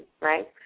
right